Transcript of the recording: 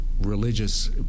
religious